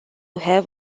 have